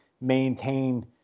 maintain